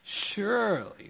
Surely